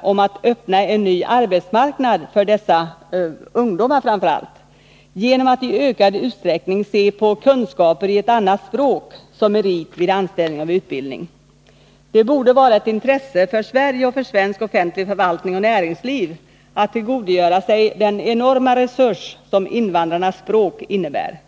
— att öppna en ny arbetsmarknad för dessa ungdomar genom att i ökad utsträckning se på kunskaper i ett annat språk som merit vid anställning och utbildning. Det borde vara ett intresse för Sverige, för svensk offentlig förvaltning och för näringslivet att tillgodogöra sig den enorma resurs invandrarnas språk innebär.